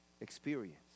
experience